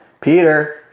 Peter